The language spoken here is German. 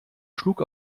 schlug